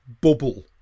bubble